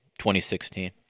2016